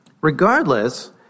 regardless